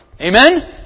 Amen